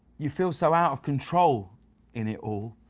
you feel so out of control in it all.